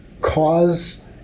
cause